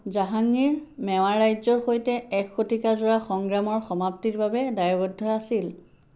জাহাংগীৰ মেৱাৰ ৰাজ্যৰ সৈতে এক শতিকা জোৰা সংগ্ৰামৰ সমাপ্তিৰ বাবে দায়বদ্ধ আছিল